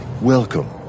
Welcome